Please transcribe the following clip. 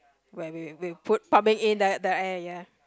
where we we put pumping in the the air ya